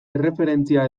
erreferentzia